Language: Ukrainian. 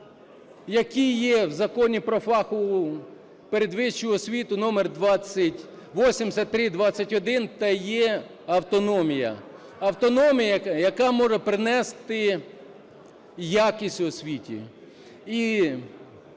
які є в Законі про фахову передвищу освіту (№ 8321) є автономія. Автономія, яка може принести якість освіті,